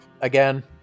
again